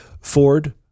Ford